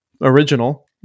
original